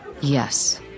Yes